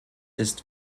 ist